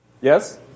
Yes